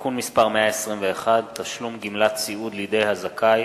(תיקון מס' 121) (תשלום גמלת סיעוד לידי הזכאי,